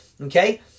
okay